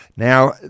Now